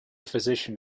physician